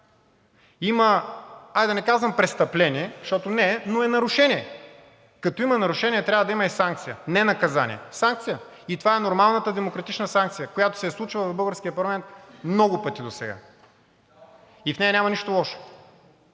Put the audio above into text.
има, хайде да не казвам, престъпление, защото не е, но е нарушение. Като има нарушение, трябва да има и санкция, не наказание, а санкция. И това е нормалната демократична санкция, която се случва в българския парламент много пъти досега и в нея няма нищо лошо.